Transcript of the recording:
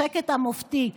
השקט המופתי,